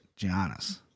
Giannis